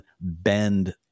bend